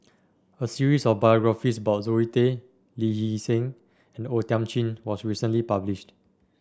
a series of biographies about Zoe Tay Lee Hee Seng and O Thiam Chin was recently published